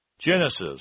Genesis